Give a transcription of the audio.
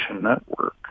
network